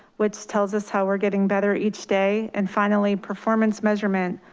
which tells us how we're getting better each day and finally performance measurement,